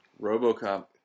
RoboCop